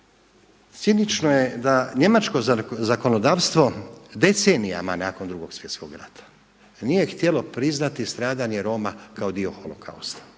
Cinično je da njemačko zakonodavstvo decenijama nakon Drugog svjetskog rata nije htjelo priznati stradanje Roma kao dio holokausta,